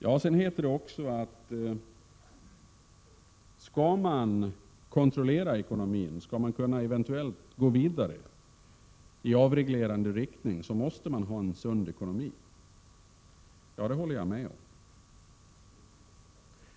Det heter också, att om man skall kunna kontrollera ekonomin och eventuellt gå vidare i avreglerande riktning, måste man ha en sund ekonomi. Det håller jag med om.